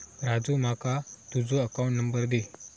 राजू माका तुझ account number दी